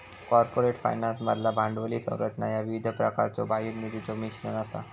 corporate फायनान्समधला भांडवली संरचना ह्या विविध प्रकारच्यो बाह्य निधीचो मिश्रण असा